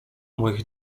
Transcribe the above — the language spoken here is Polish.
moich